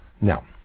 Now